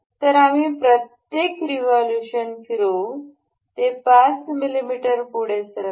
तर आम्ही प्रत्येक रिव्होल्यूशन फिरवू ते 5 मिमी पुढे सरकते